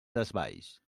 desvalls